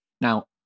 Now